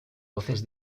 voces